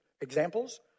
Examples